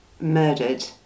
murdered